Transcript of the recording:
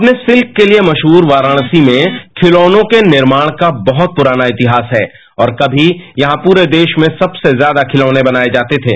अपने सिल्क के लिए मशहूर वाराणसी में खिलौनों के निर्माण का बहुत पुराना इतिहास है और कमी यहां पूरे देश में सबसे ज्यादा खिलौने बनाए जाते थे